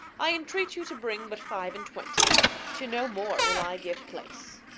i entreat you to bring but five and twenty to no more will i give place.